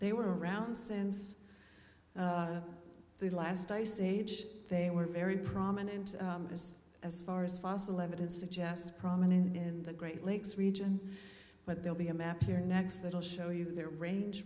they were around since the last ice age they were very prominent as as far as fossil evidence suggests prominent in the great lakes region but they'll be a map here next that will show you that range